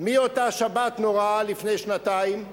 מאותה שבת נוראה לפני שנתיים,